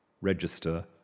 register